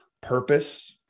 purpose